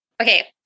Okay